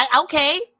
Okay